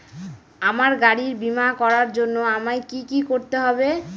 আমার গাড়ির বীমা করার জন্য আমায় কি কী করতে হবে?